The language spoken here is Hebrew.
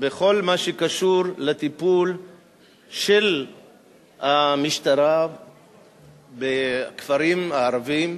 בכל מה שקשור לטיפול של המשטרה בכפרים הערביים.